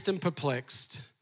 perplexed